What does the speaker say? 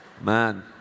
Man